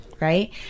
right